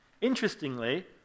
Interestingly